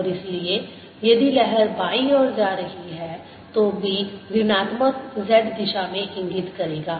और इसलिए यदि लहर बाईं ओर जा रही है तो B ऋणात्मक z दिशा में इंगित करेगा